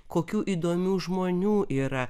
kokių įdomių žmonių yra